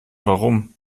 warum